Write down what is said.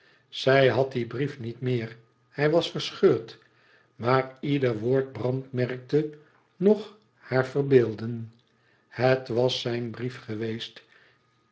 zij had dien brief niet meer hij was verscheurd maar ieder woord brandmerkte nog haar verbeelden het was zijn brief geweest